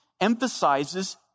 emphasizes